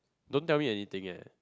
don't tell me anything eh